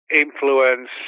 influence